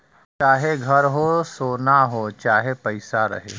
चाहे घर हो, सोना हो चाहे पइसा रहे